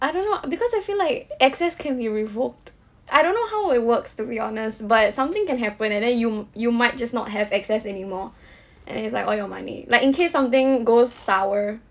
I don't know because I feel like access can be revoked I don't know how it works to be honest but something can happen and then you m~ you might just not have access any more and then it's like all your money like in case something goes sour